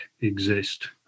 exist